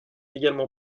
également